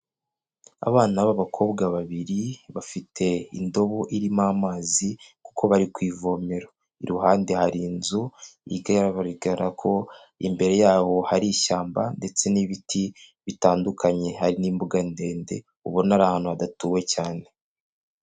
Abana b'abakobwa babiri bafite indobo irimo amazi kuko bari ku ivomero, iruhande hari inzu igaragara ko imbere yaho hari ishyamba ndetse n'ibiti bitandukanye, hari n'imbuga ndende ubona ari ahantu hadatuwe cyane.